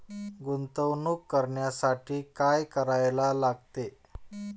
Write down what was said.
गुंतवणूक करण्यासाठी काय करायला लागते?